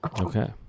Okay